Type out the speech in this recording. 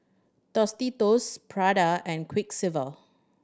Tostitos Prada and Quiksilver